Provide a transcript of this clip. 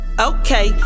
Okay